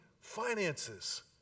finances